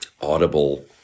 audible